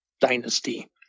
dynasty